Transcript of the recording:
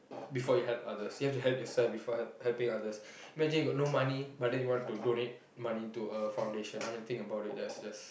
before you help others you have to help yourself before helping others imagine you got no money but then you want to donate money to a foundation I mean think about it that's just